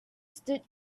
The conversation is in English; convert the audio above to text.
stood